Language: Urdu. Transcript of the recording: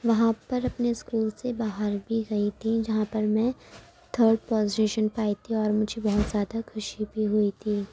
وہاں پر اپنے سکول سے باہر بھی گئی تھی جہاں پر میں تھرڈ پوزیشن پہ آئی تھی اور مجھے بہت زیادہ خوشی بھی ہوئی تھی